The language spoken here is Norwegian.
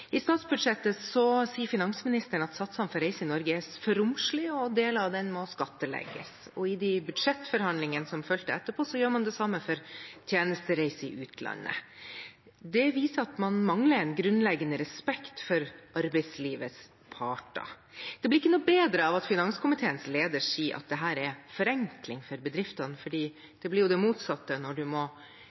I statsbudsjettet sier finansministeren at satsene for reise i Norge er for romslige, og at deler av det må skattlegges. I budsjettforhandlingene som fulgte etterpå, gjorde man det samme for tjenestereise i utlandet. Det viser at man mangler en grunnleggende respekt for arbeidslivets parter. Det blir ikke noe bedre av at finanskomiteens leder sier at dette er forenkling for bedriftene, for det blir det motsatte når man som arbeidsgiver må